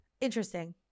Interesting